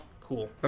cool